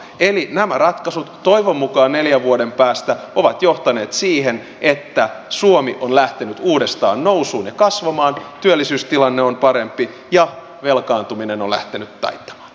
eli nämä ratkaisut toivon mukaan neljän vuoden päästä ovat johtaneet siihen että suomi on lähtenyt uudestaan nousuun ja kasvamaan työllisyystilanne on parempi ja velkaantuminen on lähtenyt taittumaan